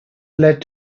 led